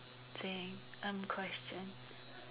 thing um question